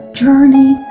journey